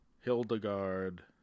Hildegard